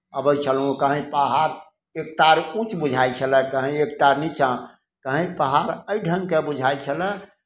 अबै छलहुँ कहएँ पहाड़ एक ताड़ ऊँच बुझाइ छलय कहएँ एक ताड़ नीचाँ कहएँ पहाड़ एहि ढङ्गके बुझाइ छलय